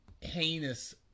heinous